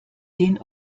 den